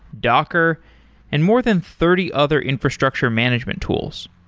docker and more than thirty other infrastructure management tools.